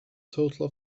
total